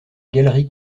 galerie